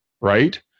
right